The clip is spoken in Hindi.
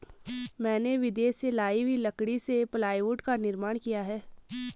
मैंने विदेश से लाई हुई लकड़ी से प्लाईवुड का निर्माण किया है